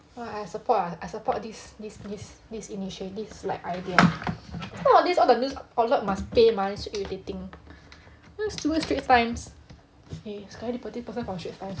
!wah! I support ah I support this this this this initiative this like idea if not nowadays all the news outlet must pay money so irritating like stupid straits times eh sekali the person from straits times